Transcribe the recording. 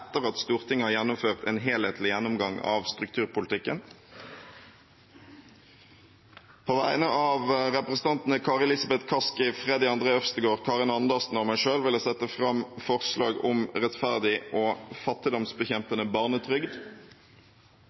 etter at Stortinget har gjennomført en helhetlig gjennomgang av strukturpolitikken. På vegne av representantene Kari Elisabeth Kaski, Freddy André Øvstegård, Karin Andersen og meg selv vil jeg sette fram forslag om rettferdig og fattigdomsbekjempende barnetrygd.